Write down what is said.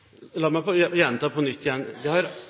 La meg gjenta: Det har